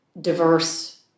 diverse